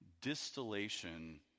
distillation